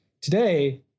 Today